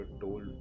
told